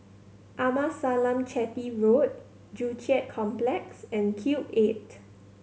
Amasalam Chetty Road Joo Chiat Complex and Cube Eight